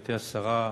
גברתי השרה,